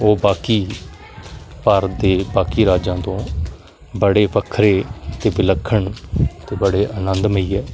ਉਹ ਬਾਕੀ ਭਾਰਤ ਦੇ ਬਾਕੀ ਰਾਜਾਂ ਤੋਂ ਬੜੇ ਵੱਖਰੇ ਅਤੇ ਵਿਲੱਖਣ ਅਤੇ ਬੜੇ ਅਨੰਦਮਈ ਹੈ